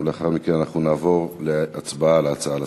ולאחר מכן אנחנו נעבור להצבעה על ההצעות לסדר-היום.